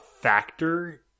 factor